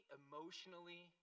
emotionally